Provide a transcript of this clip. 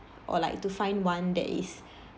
or like to find one that is